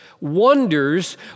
wonders